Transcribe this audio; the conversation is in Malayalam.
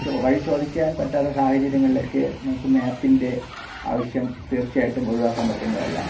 ചോ വഴി ചോദിക്കാൻ പറ്റാത്ത സാഹചര്യങ്ങളിലൊക്കെ നമുക്ക് മാപ്പിൻ്റെ ആവശ്യം തീർച്ചയായിട്ടും ഒഴിവാക്കാൻ പറ്റുന്നതല്ല